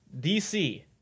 DC